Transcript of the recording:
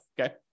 okay